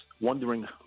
wondering